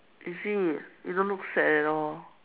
is it you don't look sad at all